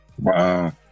Wow